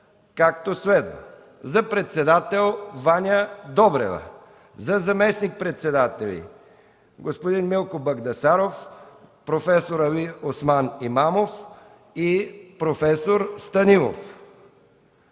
както следва: за председател Ваня Добрева, за заместник-председатели господин Милко Багдасаров, проф. Алиосман Имамов и проф. Станилов.